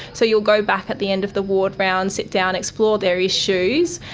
so you will go back at the end of the ward round, sit down, explore their issues.